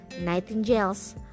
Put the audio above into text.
Nightingales